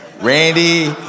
Randy